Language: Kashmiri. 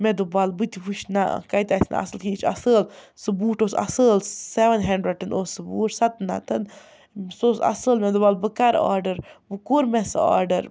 مےٚ دوٚپ وَلہٕ بہٕ تہِ وٕچھِ نہ کَتہِ آسہِ نہٕ اَصٕل یہِ چھِ اَصۭل سُہ بوٗٹ اوس اَصۭل سٮ۪وَن ہٮ۪نٛڈرٮ۪نٛڈَن اوس سُہ بوٗٹ سَتَن ہَتَن سُہ اوس اَصۭل مےٚ دوٚپ وَلہٕ بہٕ کَرٕ آرڈَر وٕ کوٚر مےٚ سُہ آرڈَر